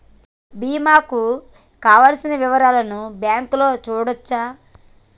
బీమా కు కావలసిన వివరాలను బ్యాంకులో చూడొచ్చా?